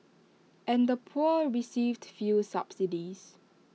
and the poor received few subsidies